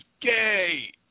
gay